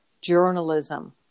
journalism